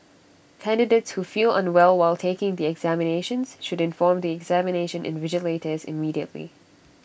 candidates who feel unwell while taking the examinations should inform the examination invigilators immediately